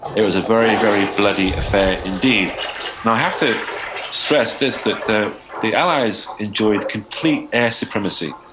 it was a very, very bloody affair indeed now, i have to stress this, that the the allies enjoyed complete air supremacy,